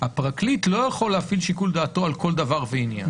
הפרקליט לא יכול להפעיל את שיקול דעתו על כל דבר ועניין,